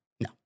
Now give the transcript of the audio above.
No